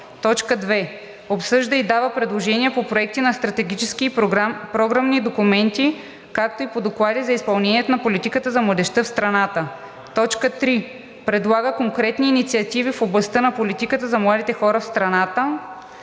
спорта; 2. обсъжда и дава предложения по проекти на стратегически и програмни документи, както и по доклади за изпълнението на политиката за младежта в страната; 3. предлага конкретни инициативи в областта на политиката за младите хора в страната;